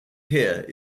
here